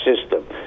system